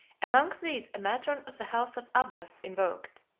among these a matron of the house of abbas invoked,